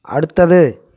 அடுத்தது